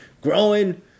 growing